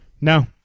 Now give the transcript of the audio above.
No